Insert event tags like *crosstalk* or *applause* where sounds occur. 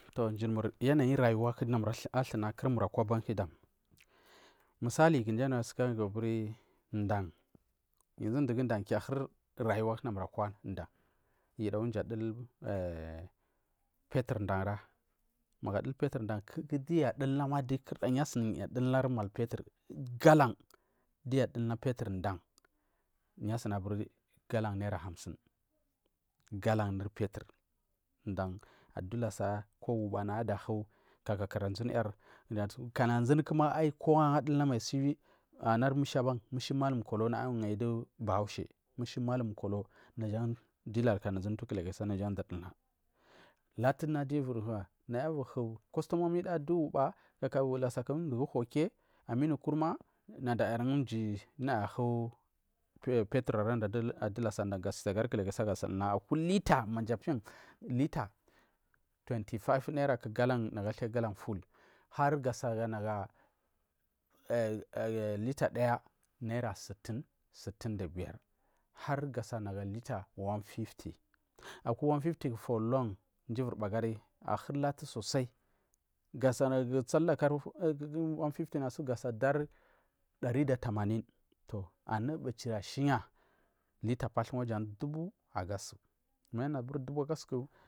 Toh mjirmur yanayi rayuraku thaekurmur akwa lanku dam misali kumji anu askagu aburi dan zugu dan kul ahuri rayuwa dumurkra dan yudagu ndu mur adul *hesitation* petro danra magu adul petro dan kuku duyu adul yu adulnari malpetro galan dugu adulna malpetro dan yu asuni aburi malpetro naira hamsin galanur malpetro dan adu lassa ko uba naya ada hu ka kalazir yar kalazir kukuma aiyi kowagu adulmai anur mishi abban mishi malhim kolo alaya uvuri gaidu mallum bahaushi mallum kolo naja jan dela uwu kilakisa naja jan uvur dulna latuna naya ivirhu customa mida adu lassa kaka uva dugu koki aminu kuma nadan mjiri hu duya ahu petro ade adu lassa ga shili kila kisa gad ulna manaya piya aku liter mamji piyan aku liter twenty five naira ku galan nagu athai galanful kuku gasanaga liter daya harganana liter naira seten seten da biyar harga sana liter one fifty har long mji ivir bu agari latu sosai gasana tsal lakari one fifty na tsu gadari dari da tamanin anu bichiri ashiya liter pathu jan dubu agasu manyu anu aburi dubu aga suku.